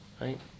right